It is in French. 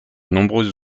nombreux